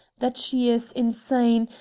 that she is insane,